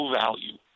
value